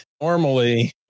normally